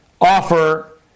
offer